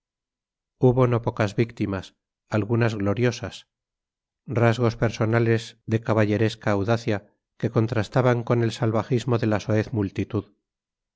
hubo no pocas víctimas algunas gloriosas rasgos personales de caballeresca audacia que contrastaban con el salvajismo de la soez multitud